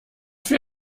für